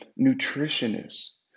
nutritionists